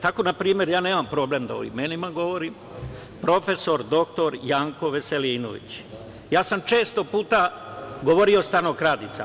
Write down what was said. Tako, na primer, ja nemam problem o imenima da govorim, prof. dr Janko Veselinović, često puta sam govorio stanokradica.